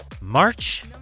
March